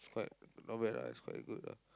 it's quite not bad ah it's quite good ah